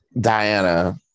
Diana